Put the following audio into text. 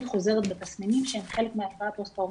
והיא חוזרת בתסמינים שהם חלק מהפרעה פוסט-טראומטית.